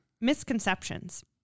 Misconceptions